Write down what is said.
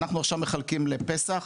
אנחנו עכשיו מחלקים לפסח,